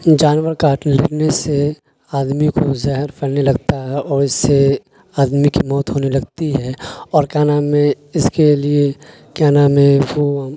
جانور کاٹنے سے آدمی کو زہر پھلنے لگتا ہے اور اس سے آدمی کی موت ہونے لگتی ہے اور کیا نام ہے اس کے لیے کیا نام ہے وہ